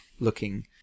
looking